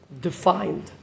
defined